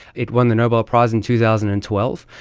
it won the nobel prize in two thousand and twelve,